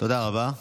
תודה רבה.